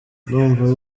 ndumva